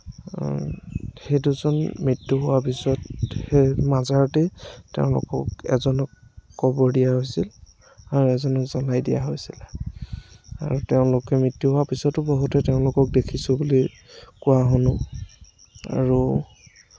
সেই দুজন মৃত্যু হোৱা পিছত মাজৰাতি তেওঁলোকক এজনক কবৰ দিয়া হৈছিল আৰু এজনক জ্বলাই দিয়া হৈছিল আৰু তেওঁলোকে মৃত্যু হোৱাৰ পিছত বহুতে তেওঁলোকক দেখিছো বুলি কোৱা শুনোঁ আৰু